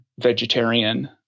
vegetarian